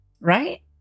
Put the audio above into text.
right